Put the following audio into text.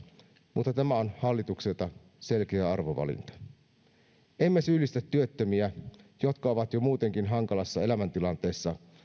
mutta tämä on hallitukselta selkeä arvovalinta me emme syyllistä työttömiä jotka ovat jo muutenkin hankalassa elämäntilanteessa